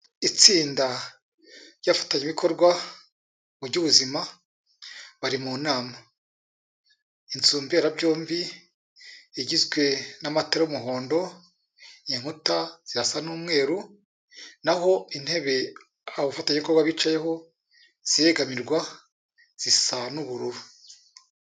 Itsinda ry'abafatanyabikorwa mu by'ubuzima bari mu nama, inzumberabyombi igizwe n'amatara y'umuhondo, inkuta zirasa n'umweru naho intebe abafatanyakorwa bicayeho ziregamirwa zisa n'ubururu.